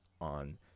on